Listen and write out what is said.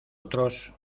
otros